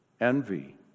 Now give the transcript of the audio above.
envy